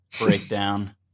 breakdown